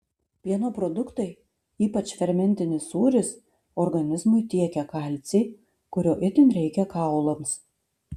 pieno produktai ypač fermentinis sūris organizmui tiekia kalcį kurio itin reikia kaulams